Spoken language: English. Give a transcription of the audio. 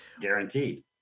Guaranteed